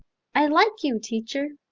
i like you, teacher.